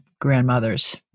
grandmothers